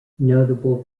notable